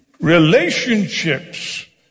relationships